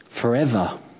Forever